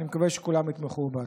ואני מקווה שכולם יתמכו בה.